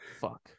fuck